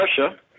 Russia